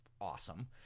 awesome